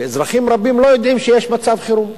ואזרחים רבים לא יודעים שיש מצב חירום.